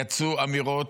יצאו אמירות.